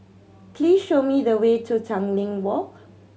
please show me the way to Tanglin Walk